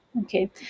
Okay